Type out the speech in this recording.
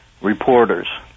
reporters